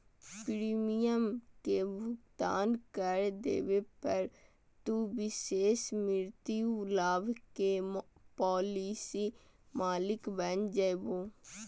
premium के भुगतान कर देवे पर, तू विशेष मृत्यु लाभ के पॉलिसी मालिक बन जैभो